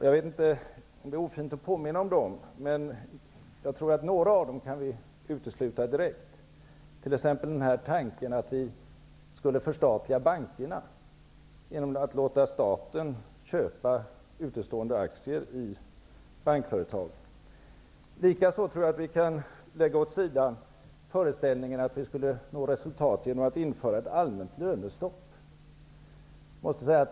Jag vet inte om det är ofint att påminna om dem, men jag tror att vi direkt kan utesluta några av dem. Det gäller t.ex. tanken att vi skulle förstatliga bankerna genom att låta staten köpa utestående aktier i bankföretag. Likaså tror jag att vi kan lägga föreställningen att vi skulle kunna nå resultat genom att införa ett allmänt lönestopp åt sidan.